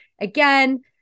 again